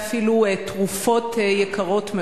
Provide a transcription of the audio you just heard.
ואפילו תרופות יקרות מאוד.